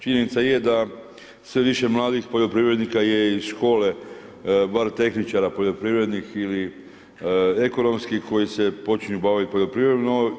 Činjenica je da sve više mladih poljoprivrednika je iz škole bar tehničara poljoprivrednih ili ekonomskih koji se počinju baviti poljoprivredom.